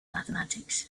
mathematics